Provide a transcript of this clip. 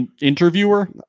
interviewer